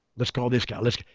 let's call this guy. like